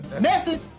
message